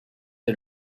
est